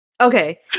Okay